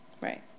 Right